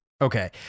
Okay